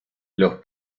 los